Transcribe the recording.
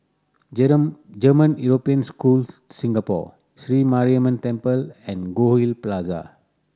German European School Singapore Sri Mariamman Temple and Goldhill Plaza